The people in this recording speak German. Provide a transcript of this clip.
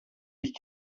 ich